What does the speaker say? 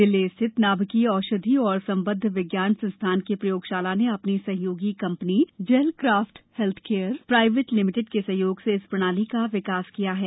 दिल्ली स्थित नाभिकीय औषधि तथा संबद्व विज्ञान संस्थान की प्रयोगशाला ने अपनी सहयोगी कंपनी जैल क्रॉफ्ट हेल्थकेयर प्राइवेट लिमिटेड के सहयोग से इस प्रणाली का विकास किया है